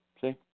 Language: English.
See